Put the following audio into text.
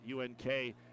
UNK